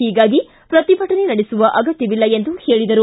ಹೀಗಾಗಿ ಪ್ರತಿಭಟನೆ ನಡೆಸುವ ಅಗತ್ಯವಿಲ್ಲ ಎಂದರು